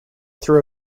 threw